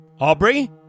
Aubrey